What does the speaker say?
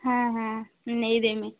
ହଁ ହଁ ନେଇଦେମି